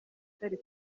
atari